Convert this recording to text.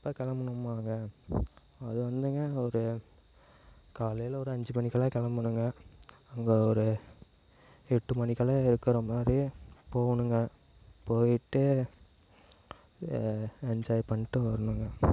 எப்போ கிளம்பணும்மாங்க அது வந்துங்க ஒரு காலையில் ஒரு அஞ்சு மணிக்கெல்லாம் கிளம்புணுங்க அங்கே ஒரு எட்டு மணிக்கெல்லாம் இருக்கிற மாதிரி போகணுங்க போய்ட்டு என்ஜாய் பண்ணிட்டு வரணுங்க